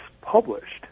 published